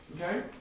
Okay